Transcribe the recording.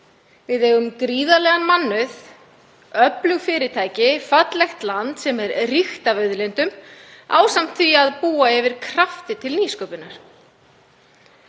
Við eigum gríðarlegan mannauð, öflug fyrirtæki, fallegt land sem er ríkt af auðlindum ásamt því að búa yfir krafti til nýsköpunar.